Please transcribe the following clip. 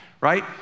right